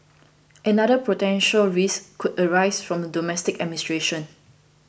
another potential risk could arise from the domestic administration